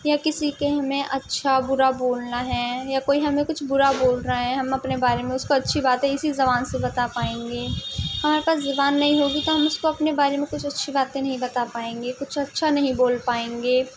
یا کسی کے ہمیں اچھا برا بولنا ہے یا کوئی ہمیں کچھ برا بول رہا ہے ہم اپنے بارے میں اس کو اچھی باتیں اسی زبان سے بتا پائیں گے ہمارے پاس زبان نہیں ہوگی تو ہم اس کو اپنے بارے میں کچھ اچھی باتیں نہیں بتا پائیں گے کچھ اچھا نہیں بول پائیں گے